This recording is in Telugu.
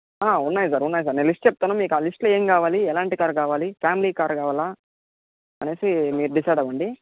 ఉన్నాయి సార్ ఉన్నాయి సార్ నేను లిస్ట్ చెప్తాను మీకు ఆ లిస్టులో ఎం కావాలి ఎలాంటి కార్ కావాలి ఫ్యామిలీ కార్ కావాలా అనేసి మీరు డిసైడ్ అవ్వండి